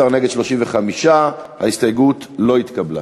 בעד, 18, נגד, 35, ההסתייגות לא התקבלה.